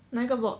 哪个 block